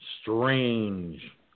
strange